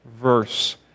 verse